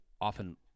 often